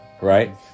Right